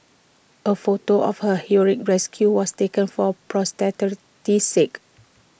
A photo of her heroic rescue was taken for posterity's sake